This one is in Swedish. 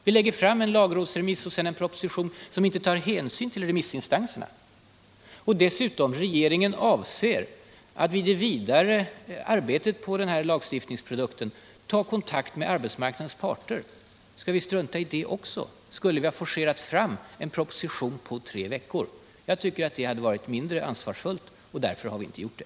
Vi lägger i stället fram en lagrådsremiss och sedan en proposition, där vi tar hänsyn till remissinstanserna. Och när regeringen dessutom avser att i det vidare arbetet på lagstiftningsprodukten ta kontakt med arbetsmarknadens parter, skulle vi då strunta i det också? Skulle vi ha forcerat fram propositionen på tre-fyra veckor? — Jag tycker att det skulle ha varit mindre ansvarsfullt, och därför har vi inte gjort det.